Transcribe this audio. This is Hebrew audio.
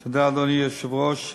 תודה, אדוני היושב-ראש,